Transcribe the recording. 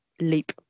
leap